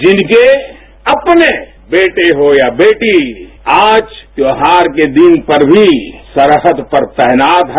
जिनके अपने बेटे होया बेटी आज त्योहार के दिन पर भी सरहद पर तैनात हैं